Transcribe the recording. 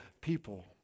people